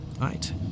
right